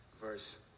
verse